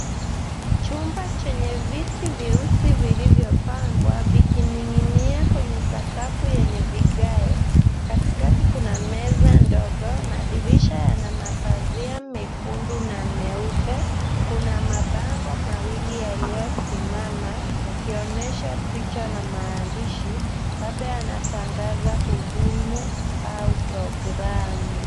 Chumba chenye viti vyeusi vilivyopangwa vikiningi'inia kwenye sakafu yenye vigae. Katikati kuna meza ndogo. Madirisha yana mapazia mekundu na meupe. Kuna mabango mawili yaliyosimama yakionyesha picha na maandishi, labda yanatangaza hudumu au programu.